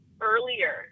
earlier